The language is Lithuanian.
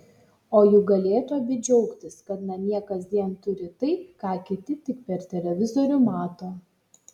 o juk galėtų abi džiaugtis kad namie kasdien turi tai ką kiti tik per televizorių mato